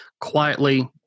quietly